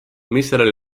misjärel